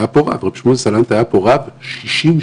היה פה רב 60 שנה